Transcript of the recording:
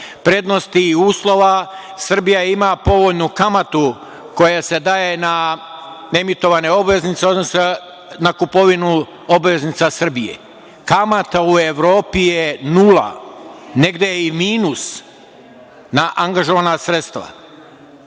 prednosti i uslova Srbija ima povoljnu kamatu, koja se daje na emitovane obveznice, odnosno na kupovinu obveznica Srbije. Kamata u Evropi je nula. Negde je i minus na angažovana sredstva.